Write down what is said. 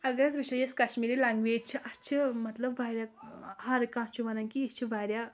اگر أسۍ وٕچھو یۄس کَشمیٖری لَنٛگویج چھِ اَتھ چھِ مطلب واریاہ ہَرٕ کانٛہہ چھُ وَنان کہِ یہِ چھِ واریاہ